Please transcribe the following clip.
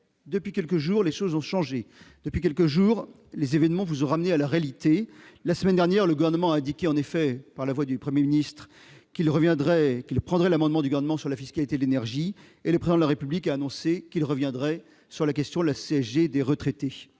Depuis quelques jours, les choses ont changé. Depuis quelques jours, les événements vous ont ramenés à la réalité. La semaine dernière, le Gouvernement a ainsi indiqué, par la voix du Premier ministre, qu'il reviendrait sur la fiscalité de l'énergie, et le Président de la République a annoncé cette semaine qu'il reviendrait sur la question de la CSG des retraités.